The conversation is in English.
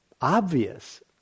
obvious